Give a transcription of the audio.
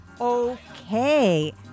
Okay